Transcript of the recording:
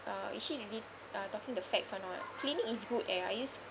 uh is she really uh talking the facts or not Clinique is good eh I use